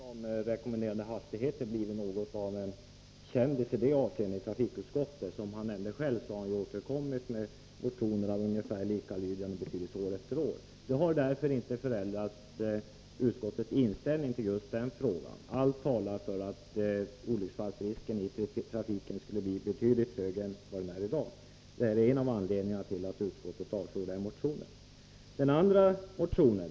Herr talman! Allan Åkerlind har ju i fråga om rekommenderade hastigheter blivit något av en kändis i trafikutskottet. Som han nämnde själv har han återkommit med motioner av ungefär likalydande innehåll år efter år. Det har inte ändrat utskottets inställning till frågan. Allt talar för att olycksfallrisken i trafiken enligt Åkerlinds förslag skulle bli betydligt större än vad den är i dag. Det är en av anledningarna till att utskottet avstyrker motionen.